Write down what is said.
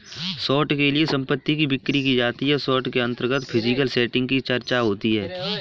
short के लिए संपत्ति की बिक्री की जाती है शॉर्ट के अंतर्गत फिजिकल सेटिंग की चर्चा होती है